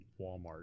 Walmart